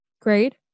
Grade